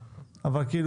ולכן